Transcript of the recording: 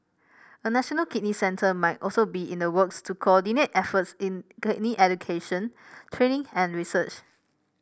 a national kidney centre might also be in the works to coordinate efforts in kidney education training and research